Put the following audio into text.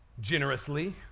generously